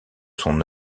son